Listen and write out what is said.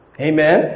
Amen